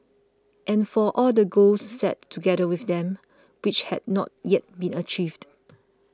and for all the goals set together with them which had not yet been achieved